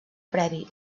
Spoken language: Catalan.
previ